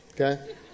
Okay